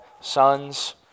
sons